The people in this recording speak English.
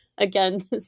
Again